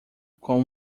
com